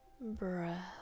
breath